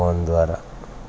phone ద్వారా